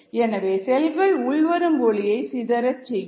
எனவே செல்கள் உள்வரும் ஒளியை சிதறச் செய்யும்